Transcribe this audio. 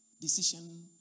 decision